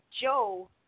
Joe